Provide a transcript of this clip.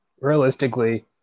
realistically